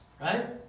Right